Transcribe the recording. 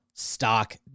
Stock